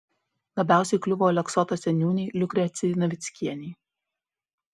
labiausiai kliuvo aleksoto seniūnei liukrecijai navickienei